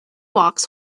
walks